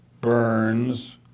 Burns